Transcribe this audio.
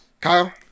Kyle